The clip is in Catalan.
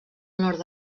nord